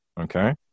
Okay